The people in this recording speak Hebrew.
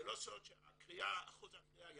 זה לא סוד שאחוז הקריאה ירד,